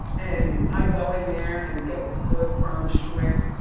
and i'd go in there and get the good firm shrimp.